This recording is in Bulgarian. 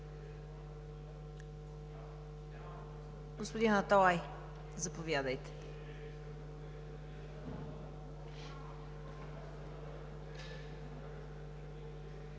господин Аталай, заповядайте.